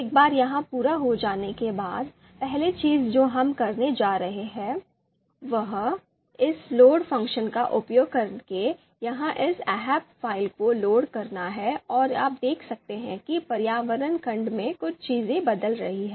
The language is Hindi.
एक बार यह पूरा हो जाने के बाद पहली चीज जो हम करने जा रहे हैं वह इस लोड फ़ंक्शन का उपयोग करके यहां इस 'ahp' फाइल को लोड करना है और आप देख सकते हैं कि पर्यावरण खंड में कुछ चीजें बदल रही हैं